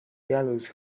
gallows